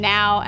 Now